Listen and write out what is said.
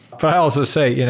but i also say, you know